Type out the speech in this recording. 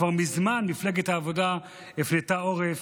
כבר מזמן מפלגת העבודה הפנתה עורף